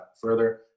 further